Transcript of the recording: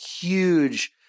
huge